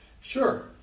sure